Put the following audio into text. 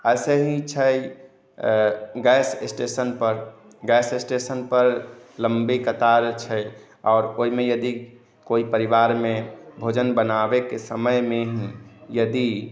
ऐसे ही छै गैस स्टेशन पर गैस स्टेशन पर लम्बी कतार छै आओर ओहिमे यदि कोइ परिवार मे भोजन बनाबे के समय मे ही यदि